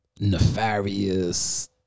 nefarious